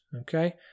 okay